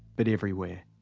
but everywhere.